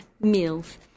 meals